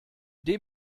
dem